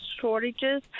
shortages